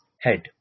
head